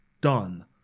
done